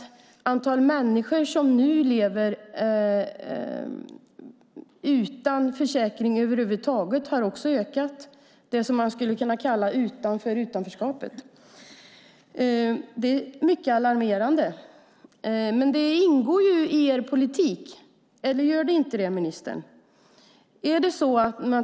Det antal människor som nu lever utan försäkring över huvud taget har också ökat. Det är det som man skulle kunna kalla för utanför utanförskapet. Detta är alarmerande. Men det ingår i er politik - eller gör det inte det, ministern?